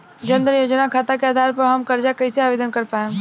जन धन योजना खाता के आधार पर हम कर्जा कईसे आवेदन कर पाएम?